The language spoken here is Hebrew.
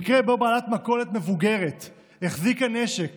במקרה שבו בעלת מכולת מבוגרת החזיקה נשק